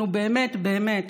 אנחנו באמת באמת,